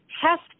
test